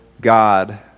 God